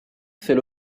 fait